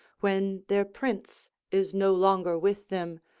when their prince is no longer with them,